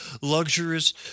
luxurious